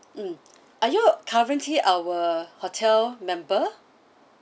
mm are you currently our hotel member